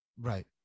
Right